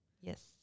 Yes